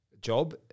job